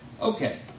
Okay